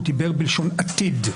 הוא דיבר בלשון עתיד.